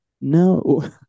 No